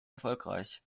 erfolgreich